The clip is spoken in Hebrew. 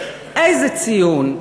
איזה ציון,